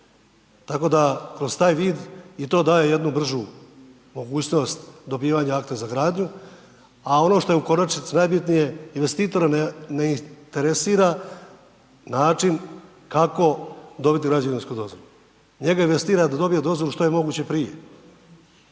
Tako da kroz taj vid i to daje jednu bržu mogućnost dobivanja akta za gradnju, a ono što je u konačnici najbitnije investitora ne interesira način kako dobiti građevinsku dozvolu. Njega .../Govornik se ne razumije./... da dobije dozvolu što je moguće prije,